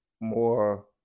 more